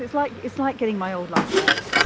it's like it's like getting my old life back.